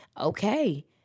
okay